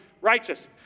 righteous